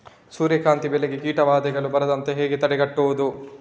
ಸೂರ್ಯಕಾಂತಿ ಬೆಳೆಗೆ ಕೀಟಬಾಧೆಗಳು ಬಾರದಂತೆ ಹೇಗೆ ತಡೆಗಟ್ಟುವುದು?